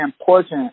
important